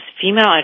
female